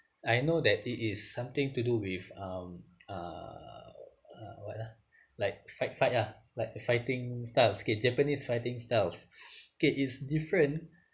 I know that it is something to do with um uh what uh like fight fight lah like fighting styles okay japanese fighting styles okay it's different